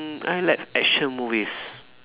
mm I like action movies